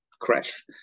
crash